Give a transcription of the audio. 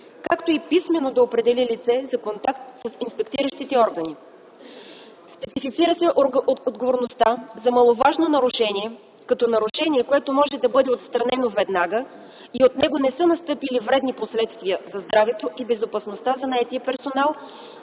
както и писмено да определи лице за контакт с инспектиращите органи. Специфицира се отговорността за маловажно нарушение, като нарушение, което може да бъде отстранено веднага и от него не са настъпили вредни последствия за здравето и безопасността за наетия персонал,